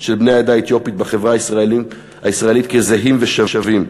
של בני העדה האתיופית בחברה הישראלית כזהים ושווים.